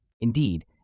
Indeed